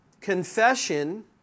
confession